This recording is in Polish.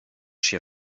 się